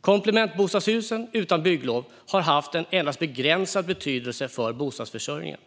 Komplementbostadshus utan bygglov har endast haft en begränsad betydelse för bostadsförsörjningen,